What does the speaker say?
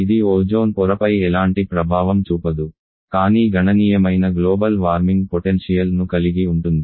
ఇది ఓజోన్ పొరపై ఎలాంటి ప్రభావం చూపదు కానీ గణనీయమైన గ్లోబల్ వార్మింగ్ పొటెన్షియల్ ను కలిగి ఉంటుంది